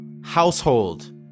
household